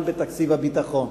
גם בתקציב הביטחון.